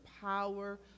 power